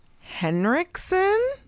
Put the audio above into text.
Henriksen